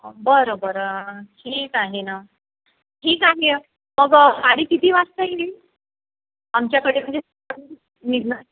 हां बरं बरं ठीक आहे ना ठीक आहे मग गाडी किती वाजता येईल आमच्याकडे म्हणजे साधारण निघणार